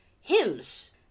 hymns